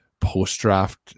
post-draft